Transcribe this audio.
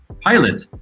pilot